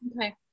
Okay